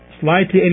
slightly